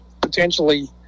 potentially